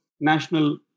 national